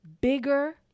bigger